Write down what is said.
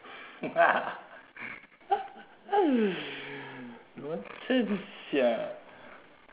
nonsense sia